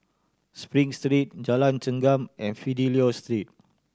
Spring Street Jalan Chengam and Fidelio Street